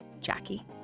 Jackie